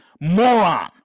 Moron